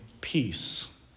peace